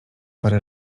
parę